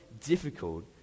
difficult